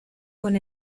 con